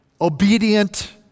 obedient